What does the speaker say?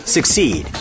Succeed